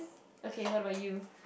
okay what about you